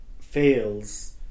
fails